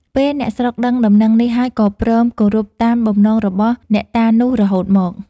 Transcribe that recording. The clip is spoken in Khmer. ពេលអ្នកស្រុកដឹងដំណឹងនេះហើយ ក៏ព្រមគោរពតាមបំណងរបស់អ្នកតានោះរហូតមក។